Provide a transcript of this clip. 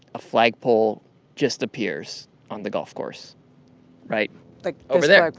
a flagpole just appears on the golf course right like over there like